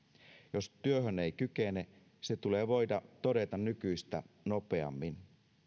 jos työhön ei kykene se tulee voida todeta nykyistä nopeammin